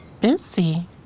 busy